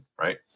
right